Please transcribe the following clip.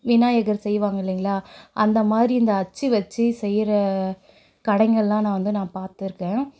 விநாயகர் செய்வாங்கள் இல்லைங்களா அந்தமாதிரி இந்த அச்சு வச்சு செய்கிற கடைங்கலெல்லாம் நான் வந்து நான் பார்த்துருக்கேன்